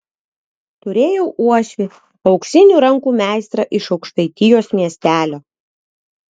turėjau uošvį auksinių rankų meistrą iš aukštaitijos miestelio